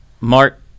Mark